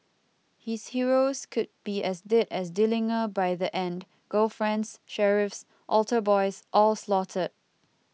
his heroes could be as dead as Dillinger by the end girlfriends sheriffs altar boys all slaughtered